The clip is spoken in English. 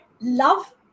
love